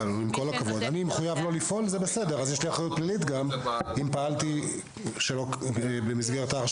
ברור שהאחריות הפלילית היא גם על הרופא במסגרת ה-45 ימים האלה בשנה,